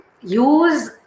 use